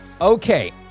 Okay